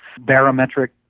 barometric